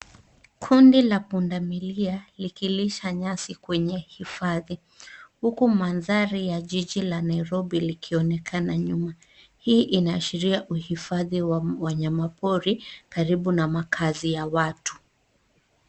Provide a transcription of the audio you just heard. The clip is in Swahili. Kundi la pundamilia likilisha nyasi kwenye hifadhi. huku mandhari ya jiji la Nairobi likionekana nyuma. Hii inaashira uhifadhi wa wanyama pori karibu na makaazi ya watu.